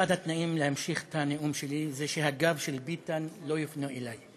אחד התנאים להמשיך את הנאום שלי זה שהגב של ביטן לא יופנה אלי.